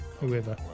whoever